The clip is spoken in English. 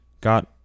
got